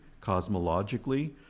cosmologically